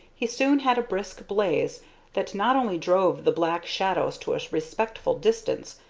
he soon had a brisk blaze that not only drove the black shadows to a respectful distance,